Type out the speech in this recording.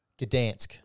Gdansk